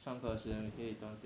上课时你可以专心 meh